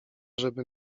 żeby